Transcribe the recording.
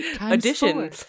addition